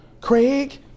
Craig